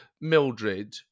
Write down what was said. Mildred